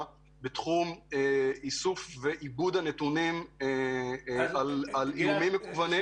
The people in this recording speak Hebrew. בתחום איסוף ועיבוד נתונים על איומים מקוונים.